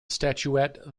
statuette